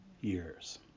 years